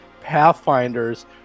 Pathfinders